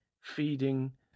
feeding